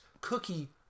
Cookie